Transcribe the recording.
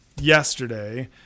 yesterday